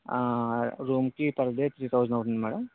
room కి per day three thousand పడుతుంది madam